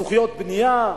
זכויות בנייה,